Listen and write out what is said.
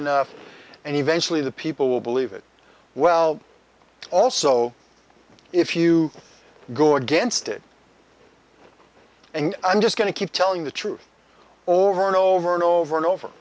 enough and eventually the people will believe it well also if you go against it and i'm just going to keep telling the truth over and over and over and over